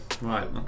Right